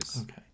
Okay